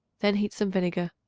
then heat some vinegar.